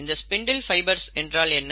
இந்த spindle fibres என்றால் என்ன